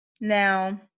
Now